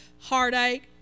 heartache